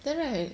then right